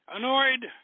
Annoyed